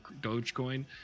Dogecoin